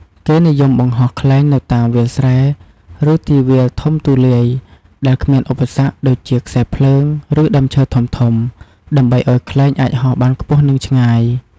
គេនិយមបង្ហោះខ្លែងនៅតាម វាលស្រែ ឬ ទីវាលធំទូលាយ ដែលគ្មានឧបសគ្គដូចជាខ្សែភ្លើង ឬដើមឈើធំៗ ដើម្បីឱ្យខ្លែងអាចហោះបានខ្ពស់ និងឆ្ងាយ។